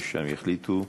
ושם יחליטו.